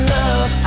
love